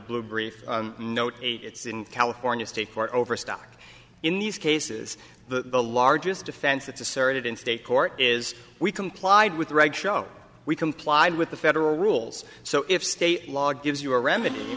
blue brief note it's in california state for overstock in these cases the largest defense that's asserted in state court is we complied with the regs show we complied with the federal rules so if state law gives you a remedy